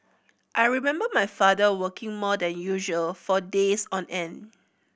I remember my father working more than usual for days on end